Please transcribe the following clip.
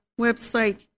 website